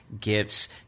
gifts